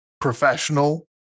professional